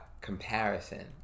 comparison